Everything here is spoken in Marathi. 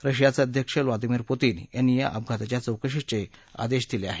रशियाचे अध्यक्ष व्लादीमीर पुतीन यांनी या अपघाताच्या चौकशीचे आदेश दिले आहेत